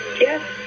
Yes